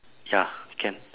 ya can